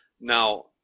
Now